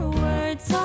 words